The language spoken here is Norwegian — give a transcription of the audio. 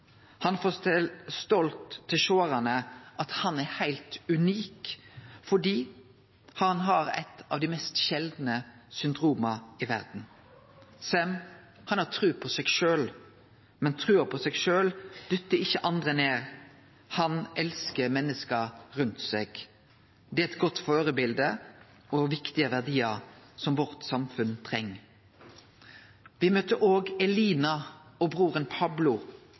Han fortel stolt til sjåarane at han er heilt unik fordi han har eit av dei mest sjeldne syndroma i verda. Sem har tru på seg sjølv, men denne trua dyttar ikkje andre ned, han elskar menneska rundt seg. Det er eit godt førebilete og viktige verdiar som samfunnet vårt treng. Me møter òg Elina og broren Pablo,